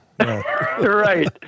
Right